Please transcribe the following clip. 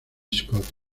scott